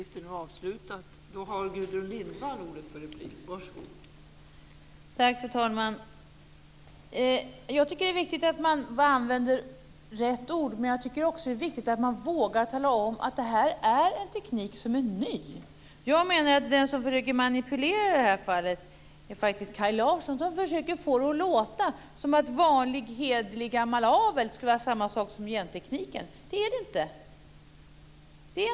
Fru talman! Jag tycker att det är viktigt att man använder rätt ord, men jag tycker också att det är viktigt att man vågar tala om att det här är en teknik som är ny. Jag menar att den som försöker manipulera i det här fallet faktiskt är Kaj Larsson. Han försöker få det att låta som om vanlig hederlig gammal avel skulle vara samma sak som genteknik. Det är det inte.